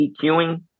EQing